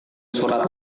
surat